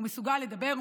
הוא מסוגל לדבר,